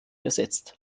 ersetzt